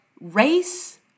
race